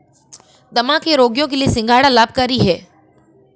दमा के रोगियों के लिए सिंघाड़ा लाभकारी है